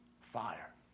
fire